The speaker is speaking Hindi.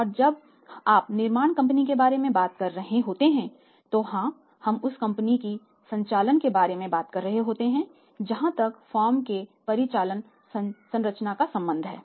और जब आप निर्माण कंपनी के बारे में बात कर रहे होते हैं तो हाँ हम उस कंपनी के संचालन के बारे में बात कर रहे होते हैं जहाँ तक फर्म के परिचालन संरचना का संबंध है